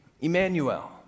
Emmanuel